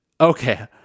okay